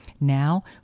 Now